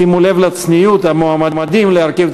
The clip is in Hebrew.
שימו לב לצניעות: המועמדים להרכיב את